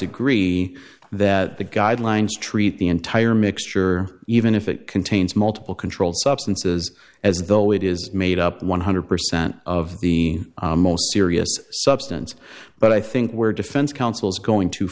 agree that the guidelines treat the entire mixture even if it contains multiple controlled substances as though it is made up one hundred percent of the most serious substance but i think where defense counsels going too